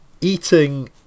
eating